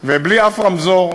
ובלי אף רמזור,